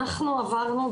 אנחנו עברנו,